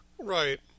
Right